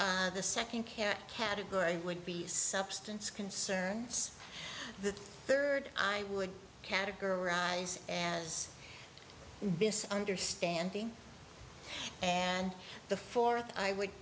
the second can category would be substance concerns the third i would categorize and as this understanding and the fourth i would